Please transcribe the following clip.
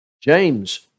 James